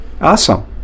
awesome